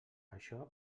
això